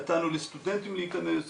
נתנו לסטודנטים להיכנס.